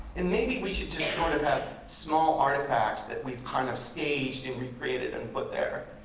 and maybe we should just sort of have small artifacts that we've kind of staged and recreated and put there.